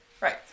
right